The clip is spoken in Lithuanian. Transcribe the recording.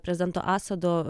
prezidento assado